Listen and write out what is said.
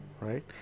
right